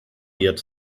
wird